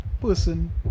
person